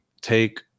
take